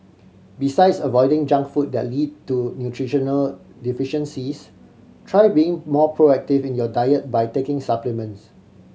besides avoiding junk food that lead to nutritional deficiencies try being more proactive in your diet by taking supplements